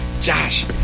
Josh